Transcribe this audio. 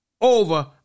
over